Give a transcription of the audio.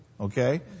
Okay